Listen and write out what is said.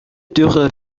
dürre